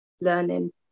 learning